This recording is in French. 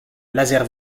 laser